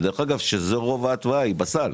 שדרך אגב שזה רוב התוויה בסל,